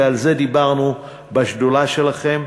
ועל זה דיברנו בשדולה שלכם,